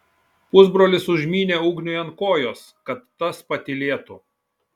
pusbrolis užmynė ugniui ant kojos kad tas patylėtų